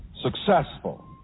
successful